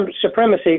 supremacy